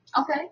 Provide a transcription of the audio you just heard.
Okay